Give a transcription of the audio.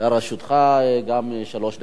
גם לרשותך שלוש דקות.